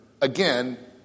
again